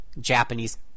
Japanese